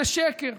זה שקר.